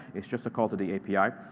it's just a call to the api. oh,